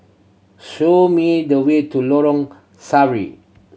show me the way to Lorong Sari